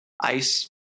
ice